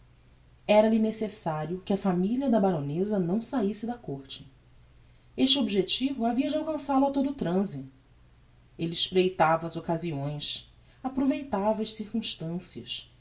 dogue era-lhe necessario que a familia da baroneza não saisse da côrte este objecto havia de alcança lo a todo o trance elle espreitava as occasiões aproveitava as circumstancias